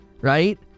right